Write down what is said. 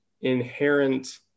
inherent